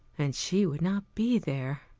and she would not be there.